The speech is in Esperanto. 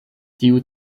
tiu